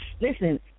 Listen